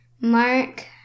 Mark